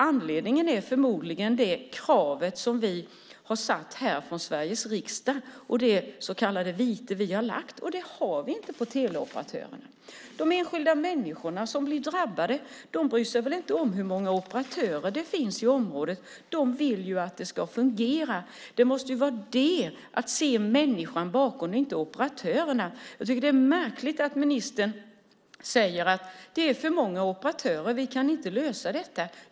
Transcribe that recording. Anledningen är förmodligen det krav som Sveriges riksdag har ställt och det vite som har införts. Det finns inte för teleoperatörerna. Enskilda drabbade bryr sig inte om hur många operatörer det finns i området. De vill att det ska fungera. Det måste vara fråga om att se människan - inte operatörerna. Det är märkligt att ministern säger att det inte går att lösa detta på grund av att det är för många operatörer.